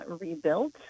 rebuilt